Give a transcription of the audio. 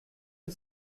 que